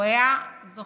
הוא היה זוכר